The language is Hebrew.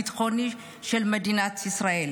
ביטחוני של מדינת ישראל.